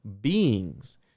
beings